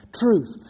truth